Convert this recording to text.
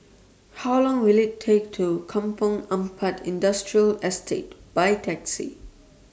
How Long Will IT Take to Kampong Ampat Industrial Estate By Taxi